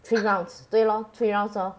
three rounds 对 lor three rounds